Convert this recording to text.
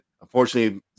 Unfortunately